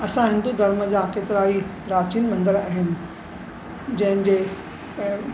असां हिंदू धर्म जा केतिरा ई प्राचीन मंदर आहिनि जंहिंजे पिणु